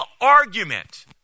argument